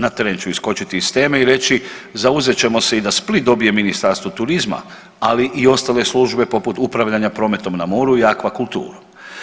Na tren ću iskočiti iz teme i reći zauzet ćemo se da i Split dobije Ministarstvo turizma, ali i ostale službe poput upravljanja prometom na moru i akvakulturu.